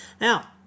now